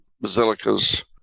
basilicas